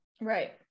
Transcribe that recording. Right